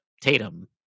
Tatum